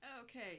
Okay